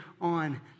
on